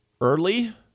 early